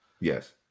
Yes